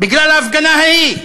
בגלל ההפגנה ההיא.